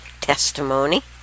testimony